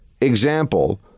example